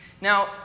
Now